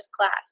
class